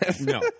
No